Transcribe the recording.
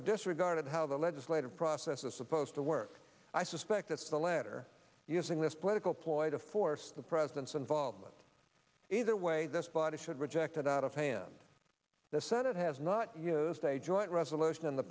have disregarded how the legislative process is supposed to work i suspect it's the latter using this political ploy to force the president's involvement either way this body should reject it out of hand the senate has not used a joint resolution in the